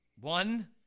One